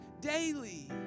daily